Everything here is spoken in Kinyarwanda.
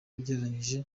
ugereranyije